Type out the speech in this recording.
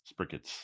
sprickets